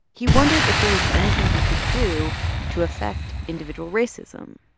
he wondered if there was anything he could do to affect individual racism.